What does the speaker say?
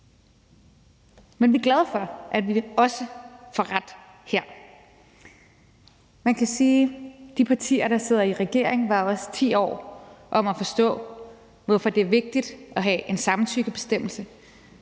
Men vi er glade for, at vi også får ret her. Man kan sige, at de partier, der sidder i regering, også var 10 år om at forstå, hvorfor det er vigtigt at have en samtykkebestemmelse